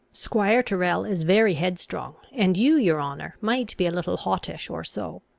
squire tyrrel is very headstrong, and you, your honour, might be a little hottish, or so.